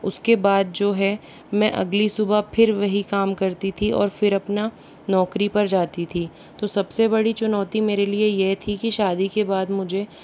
उसके बाद जो है मैं अगली सुबह फिर वही काम करती थी और फिर अपना नौकरी पर जाती थी तो सबसे बड़ी चुनौती मेरे लिए यह थी की शादी के बाद मुझे